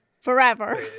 forever